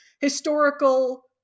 historical